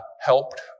helped